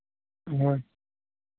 ह्म्म